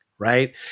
Right